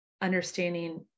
understanding